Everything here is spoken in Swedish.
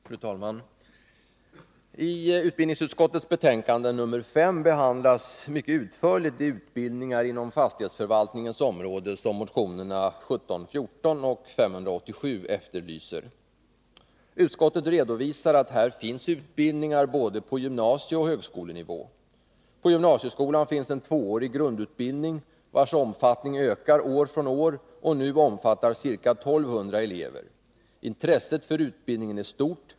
Fru talman! I utbildningsutskottets betänkande 5 behandlas mycket utförligt de utbildningar inom fastighetsförvaltningens område som motionerna 1980 82:587 efterlyser. Utskottet redovisar att det finns utbildningar på både gymnasieoch högskolenivå. I gymnasieskolan finns en tvåårig grundutbildning vars omfattning ökar år från år och nu omfattar ca 1200 elever. Intresset för utbildningen är stort.